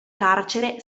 carcere